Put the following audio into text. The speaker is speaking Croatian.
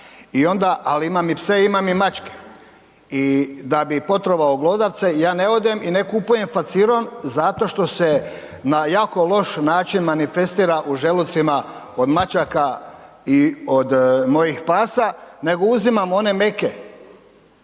ali imam i pse imam i mačke i da bi potrovao glodavce ja ne odem i ne kupujem faciron zato što se na jako loš način manifestira u želucima od mačaka i od mojih pasa nego uzimam one meke.